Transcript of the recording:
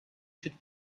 should